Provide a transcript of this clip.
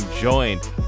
joined